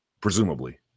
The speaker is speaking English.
Presumably